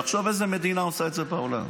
תחשוב איזו מדינה עושה את זה בעולם,